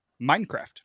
Minecraft